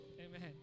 Amen